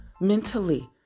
Mentally